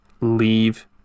leave